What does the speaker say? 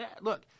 Look